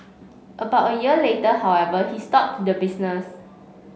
about a year later however he stopped the business